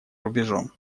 рубежом